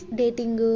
dating